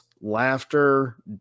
laughter